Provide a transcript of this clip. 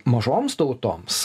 mažoms tautoms